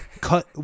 cut